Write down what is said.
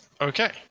Okay